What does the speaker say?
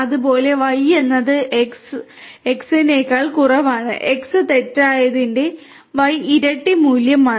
അതുപോലെ Y എന്നത് X സത്യത്തേക്കാൾ കുറവാണ് X തെറ്റായതിന് Y ഇരട്ട തുല്യമാണ്